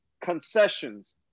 concessions